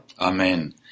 Amen